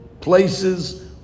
places